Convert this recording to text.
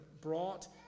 brought